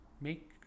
make